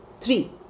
Three